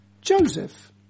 Joseph